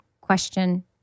question